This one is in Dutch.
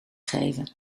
geven